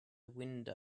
window